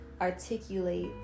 articulate